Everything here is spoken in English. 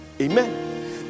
Amen